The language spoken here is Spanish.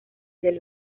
del